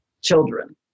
children